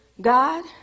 God